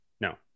No